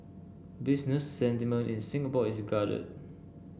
business sentiment in Singapore is guarded